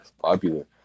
popular